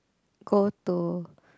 go to